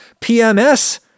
PMS